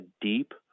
deep